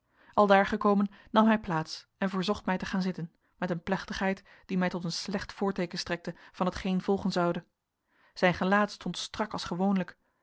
aldaar gekomen nam hij plaats en verzocht mij te gaan zitten met een plechtigheid die mij tot een slecht voorteeken strekte van hetgeen volgen zoude zijn gelaat stond strak als gewoonlijk